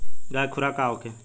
गाय के खुराक का होखे?